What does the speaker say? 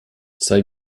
zwei